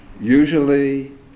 Usually